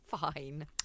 fine